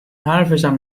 حرفشم